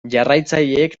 jarraitzaileek